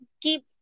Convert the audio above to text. keep